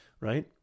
right